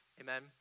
amen